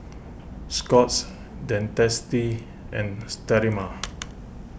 Scott's Dentiste and Sterimar